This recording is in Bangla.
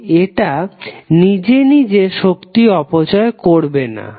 তো এটা নিজে নিজে শক্তি অপচয় করবে না